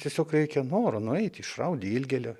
tiesiog reikia noro nueit išraut dilgėlę